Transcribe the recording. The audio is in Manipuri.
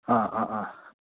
ꯑꯥ ꯑꯥ ꯑꯥ